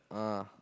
uh